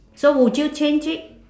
so would you change it